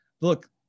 look